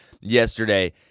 yesterday